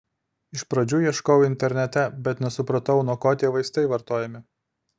iš pradžių ieškojau internete bet nesupratau nuo ko tie vaistai vartojami